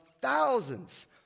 thousands